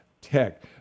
Tech